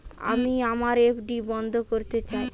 আমি আমার এফ.ডি বন্ধ করতে চাই